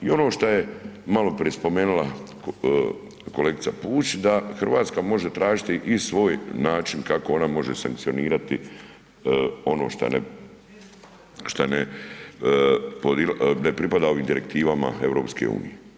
I ono šta je maloprije spomenula kolegica Pusić da Hrvatska može tražiti i svoj način kako ona može sankcionirati ono šta ne, ne pripada ovim Direktivama EU.